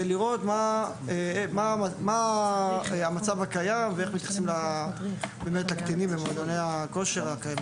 לראות מהו המצב הקיים ואיך מתייחסים באמת לקטינים במועדוני הכושר הקיימים.